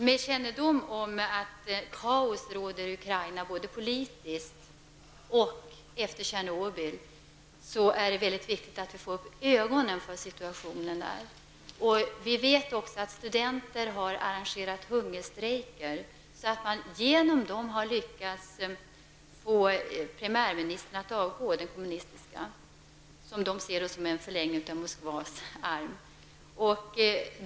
Med kännedom om att kaos råder i Ukraina både politiskt och efter Tjernobylolyckan, är det viktigt att vi får upp ögonen för situationen där. Vi vet att studenter har arrangerat hungerstrejker, och på grund av dem har den kommunistiska premiärministern avgått -- som studenterna ser som Moskvas förlängda arm.